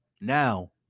Now